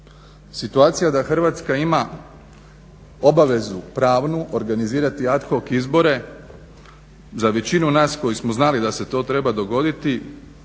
Situacija da Hrvatska ima obavezu pravnu organizirati ad hoc izbore za većinu nas koji smo znali da se to treba dogoditi